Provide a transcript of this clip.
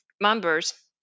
members